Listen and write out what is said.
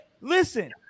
listen